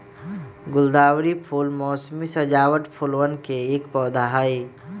गुलदावरी फूल मोसमी सजावट फूलवन के एक पौधा हई